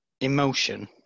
emotion